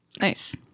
Nice